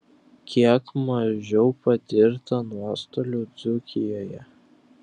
kiek mažiau patirta nuostolių dzūkijoje